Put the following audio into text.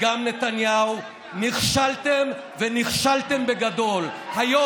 נא להוציא אותה מהאולם.